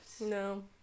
No